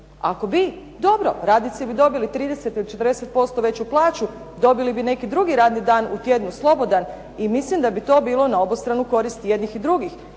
Ako bi dobro, radnici bi dobili 30 ili 40% veću plaću, dobili bi neki drugi radni dan u tjednu slobodan i mislim da bi to bilo na obostranu korist i jednih i drugih.